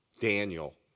Daniel